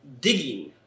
digging